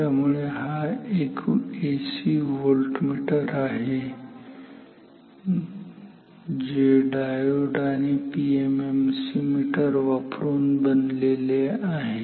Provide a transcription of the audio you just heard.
त्यामुळे हा एक एसी व्होल्टमीटर आहे जे डायोड आणि पीएमएमसी मीटर वापरुन बनलेले आहे